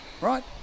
right